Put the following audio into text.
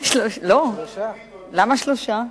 למה שלושה?